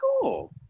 cool